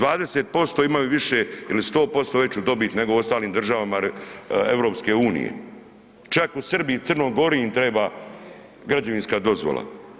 20% imaju više ili 100% veću dobit nego u ostalim državama EU, čak u Srbiji i Crnoj Gori im treba građevinska dozvola.